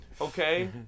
Okay